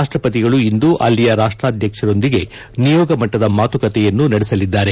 ರಾಷ್ಟ ಪತಿಗಳು ಇಂದು ಅಲ್ಲಿಯ ರಾಷ್ಟ್ರಾಧ್ಯಕ್ಷರೊಂದಿಗೆ ನಿಯೋಗ ಮಟ್ಟದ ಮಾತುಕತೆಯನ್ನು ನಡೆಸಲಿದ್ದಾರೆ